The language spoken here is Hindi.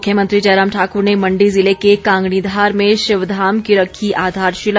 मुख्यमंत्री जयराम ठाक्र ने मंडी ज़िले के कांगणीधार में शिवधाम की रखी आधारशिला